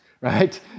right